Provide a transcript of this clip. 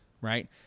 right